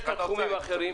יש לה תחומים אחרים.